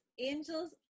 angels